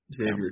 Xavier